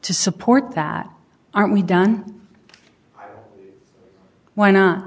to support that aren't we done why not